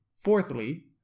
Fourthly